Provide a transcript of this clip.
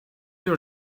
your